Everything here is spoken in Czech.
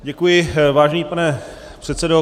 Děkuji, vážený paní předsedo.